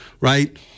right